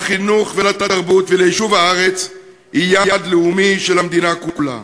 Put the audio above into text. לחינוך ולתרבות וליישוב הארץ היא יעד לאומי של המדינה כולה.